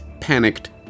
panicked